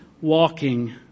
walking